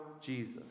Jesus